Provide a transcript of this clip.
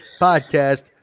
podcast